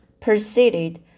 proceeded